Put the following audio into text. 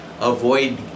avoid